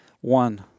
One